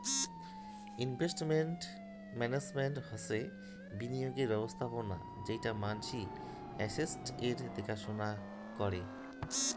investment management হসে বিনিয়োগের ব্যবস্থাপোনা যেটো মানসি এস্সেটস এর দ্যাখা সোনা করাং